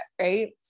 right